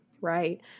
right